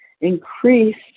increased